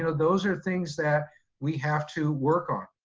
those are things that we have to work on,